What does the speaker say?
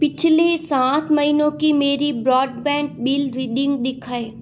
पिछले सात महीनों की मेरी ब्रॉडबैंड बिल रीडिंग दिखाएँ